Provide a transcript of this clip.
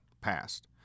passed